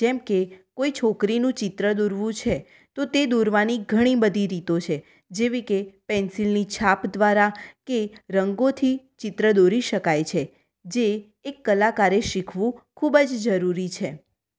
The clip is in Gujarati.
જેમકે કોઈ છોકરીનું ચિત્ર દોરવું છે તો તે દોરવાની ઘણી બધી રીતો છે જેવી કે પેન્સિલની છાપ દ્વારા કે રંગોથી ચિત્ર દોરી શકાય છે જે એક કલાકારે શીખવું ખૂબ જ જરૂરી છે